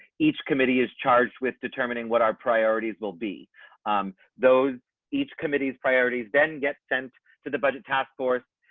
each committee is charged with determining what our priorities will be those each committees priorities, then get sent to the budget task force,